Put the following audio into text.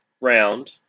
round